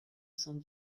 cent